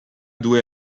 due